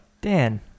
Dan